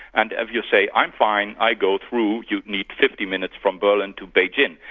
and if you say i'm fine, i'll go through', you'd need fifty minutes from berlin to beijing.